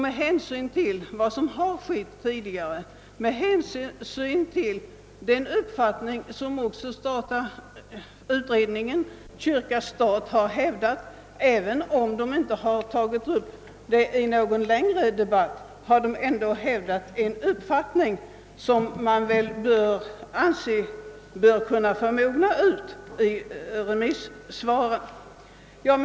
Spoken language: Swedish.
Med hänsyn till vad som har skett tidigare och med hänsyn till den uppfattning som också den tidigare utredningen kyrka—stat har hävdat — även om denna uppfattning inte tagits upp till någon längre debatt — måste man tycka att frågan bör få mogna i avbidan på att förhållandet kyrka—stat löses.